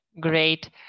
Great